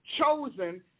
chosen